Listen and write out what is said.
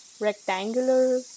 rectangular